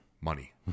Money